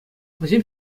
вӗсем